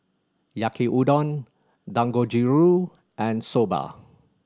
Yaki Udon Dangojiru and Soba